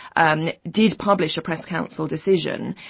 and did publish a press council decision,